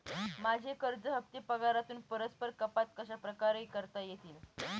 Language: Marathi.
माझे कर्ज हफ्ते पगारातून परस्पर कपात कशाप्रकारे करता येतील?